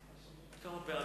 כן, כמה פעמים.